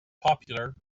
popular